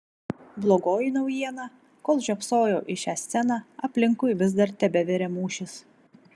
blogoji naujiena kol žiopsojau į šią sceną aplinkui vis dar tebevirė mūšis